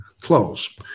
close